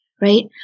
right